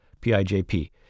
P-I-J-P